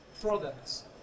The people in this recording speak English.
products